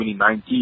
2019